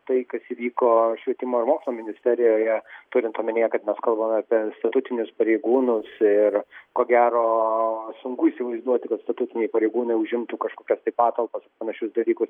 tai kas įvyko švietimo ir mokslo ministerijoje turint omenyje kad mes kalbame apie statutinius pareigūnus ir ko gero sunku įsivaizduoti kad statutiniai pareigūnai užimtų kažkokias tai patalpas panašius dalykus